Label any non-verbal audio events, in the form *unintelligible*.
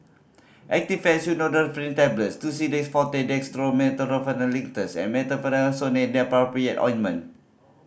Actifed *unintelligible* Tablets Tussidex Forte Dextromethorphan Linctus and Betamethasone Dipropionate Ointment